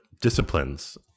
disciplines